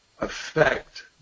affect